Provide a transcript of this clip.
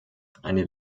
eine